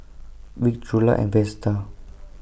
Vic Trula and Vesta